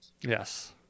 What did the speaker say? Yes